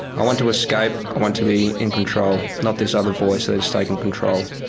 i want to escape, i want to be in control, not this other voice that's taking control.